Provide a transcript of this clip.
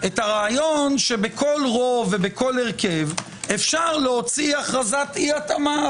את הרעיון שבכל רוב ובכל הרכב אפשר להוציא הכרזת אי התאמה?